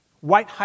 White